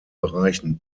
bereichen